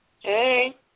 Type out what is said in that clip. Hey